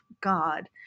God